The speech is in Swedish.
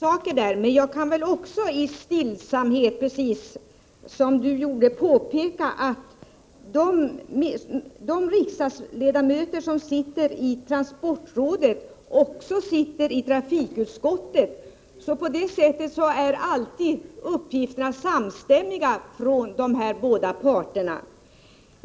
Herr talman! Det var en hel del saker som Olle Östrand tog upp. Även jag kan stillsamt påpeka att de riksdagsledamöter som sitter i transportrådet också sitter i trafikutskottet. På det sättet är alltid uppgifterna samstämmiga från de båda parterna.